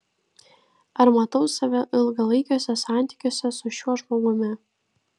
ar matau save ilgalaikiuose santykiuose su šiuo žmogumi